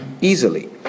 easily